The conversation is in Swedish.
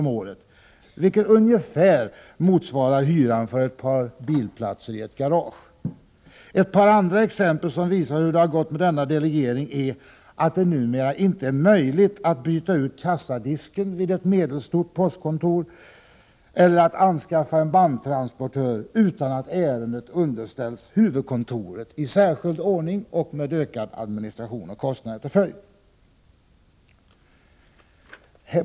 om året, vilket ungefär motsvarar hyran för ett par bilplatser i ett garage. Ett par andra exempel som visar hur det har gått med denna ”delegering” är att det numera inte är möjligt att byta ut kassadisken vid ett medelstort lokalpostkontor eller att anskaffa en bandtransportör utan att ärendet underställs huvudkontoret i särskild ordning och med ökad administration och högre kostnader som följd.